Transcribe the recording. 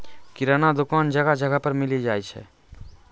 किराना दुकान जगह जगह पर मिली जाय छै